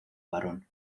varón